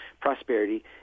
prosperity